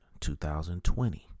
2020